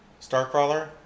Starcrawler